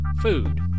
food